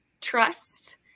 trust